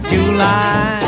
July